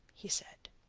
he said.